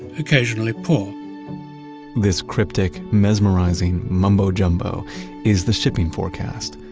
occasionally poor this cryptic, mesmerizing mumbo-jumbo is the shipping forecast,